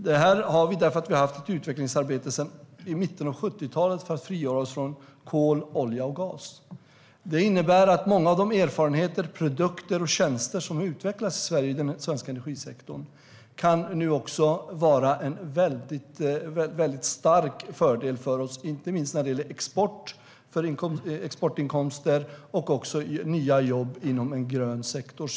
Det beror på det utvecklingsarbete som har pågått sedan mitten av 70-talet för att frigöra oss från kol, olja och gas. Det innebär att många av de erfarenheter, produkter och tjänster som har utvecklats i Sverige i den svenska energisektorn kan vara en stark fördel för oss inte minst när det gäller exportinkomster och nya jobb inom en grön sektor.